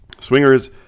swingers